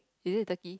is it turkey